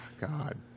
God